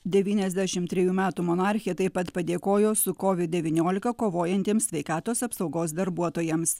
devyniasdešimt trejų metų monarchė taip pat padėkojo su covid devyniolika kovojantiems sveikatos apsaugos darbuotojams